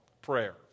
prayer